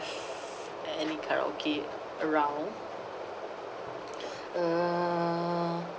any karaoke around uh